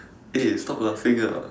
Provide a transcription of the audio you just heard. eh stop laughing lah